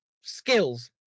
skills